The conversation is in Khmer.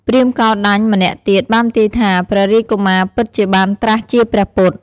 ព្រាហ្មណ៍កោណ្ឌញ្ញម្នាក់ទៀតបានទាយថា ព្រះរាជកុមារពិតជាបានត្រាស់ជាព្រះពុទ្ធ។